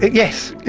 yes,